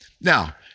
Now